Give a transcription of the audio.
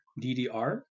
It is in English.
DDR